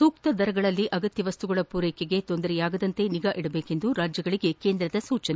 ಸೂಕ್ತದರದಲ್ಲಿ ಅಗತ್ತ ವಸ್ತುಗಳ ಪೂರೈಕೆಗೆ ತೊಂದರೆಯಾಗದಂತೆ ನಿಗಾ ಇಡಬೇಕೆಂದು ರಾಜ್ಯಗಳಿಗೆ ಕೇಂದ್ರದ ಸೂಚನೆ